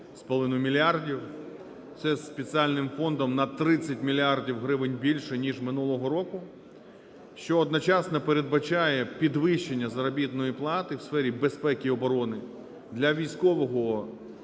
це 209,5 мільярдів, це з спеціальним фондом на 30 мільярдів гривень більше, ніж минулого року, що одночасно передбачає підвищення заробітної плати в сфері безпеки і оброни для військового